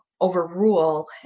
overrule